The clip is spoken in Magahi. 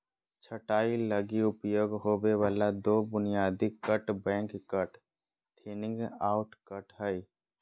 छंटाई लगी उपयोग होबे वाला दो बुनियादी cut back cut, thinning out cut हइ